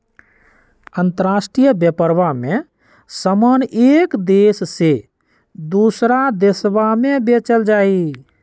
अंतराष्ट्रीय व्यापरवा में समान एक देश से दूसरा देशवा में बेचल जाहई